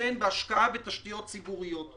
לדורותיהן בהשקעה בתשתיות ציבוריות.